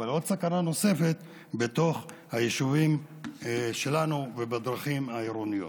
עוד סכנה נוספת בתוך היישובים שלנו ובדרכים העירוניות.